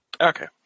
Okay